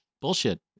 bullshit